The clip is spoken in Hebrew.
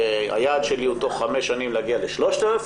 והיעד שלי הוא בתוך 5 שנים להגיע ל-3,000.